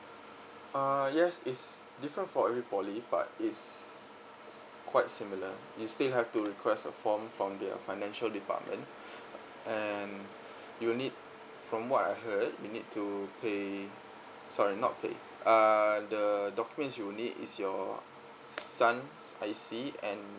uh yes it's different for every poly but it's it's quite similar you still have to request a form from their financial department and you will need from what I heard you need to pay sorry not pay uh the documents you will need is your son's I_C and